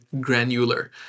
granular